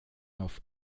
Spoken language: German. auf